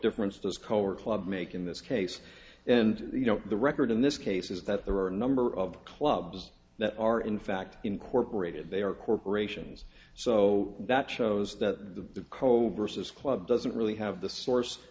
difference does color club make in this case and you know the record in this case is that there are a number of clubs that are in fact incorporated they are corporations so that shows that the cove versus club doesn't really have the source